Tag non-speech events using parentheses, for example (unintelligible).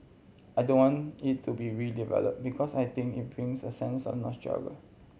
I don't want it to be redevelop because I think it brings a sense of (unintelligible)